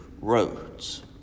roads